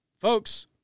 folks